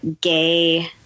gay